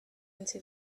into